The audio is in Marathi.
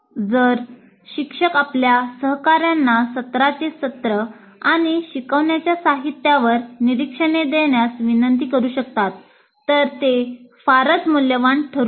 जर शिक्षक आपल्या सहकाऱ्यांना सत्राचे सत्र आणि शिकवण्याच्या साहित्यावर निरीक्षणे देण्यास विनंती करू शकतात तर ते फारच मूल्यवान ठरू शकते